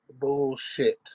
bullshit